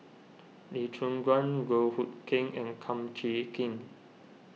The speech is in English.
Lee Choon Guan Goh Hood Keng and Kum Chee Kin